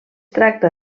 tracta